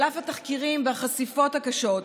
על אף התחקירים והחשיפות הקשות,